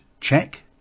check